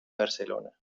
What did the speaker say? barcelona